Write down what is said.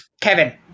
Kevin